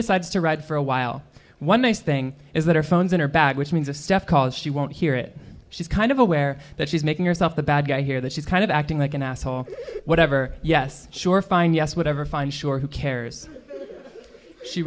decides to ride for a while one nice thing is that her phone's in her bag which means a staff call she won't hear it she's kind of aware that she's making yourself the bad guy here that she's kind of acting like an asshole whatever yes sure fine yes whatever fine shore who cares she